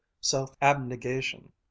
self-abnegation